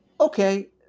Okay